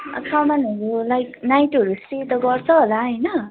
अब सामानहरू लाइक नाइटहरू स्टे त गर्छ होला होइन